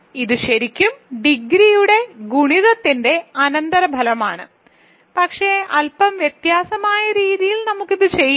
ഇത് ശരിക്കും ഡിഗ്രിയുടെ ഗുണിതത്തിന്റെ അനന്തരഫലമാണ് പക്ഷേ അല്പം വ്യത്യസ്തമായ രീതിയിൽ നമുക്ക് ഇത് ചെയ്യാം